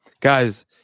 Guys